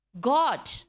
God